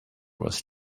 was